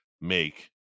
make